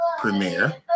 premiere